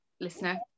listener